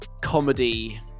comedy